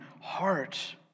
heart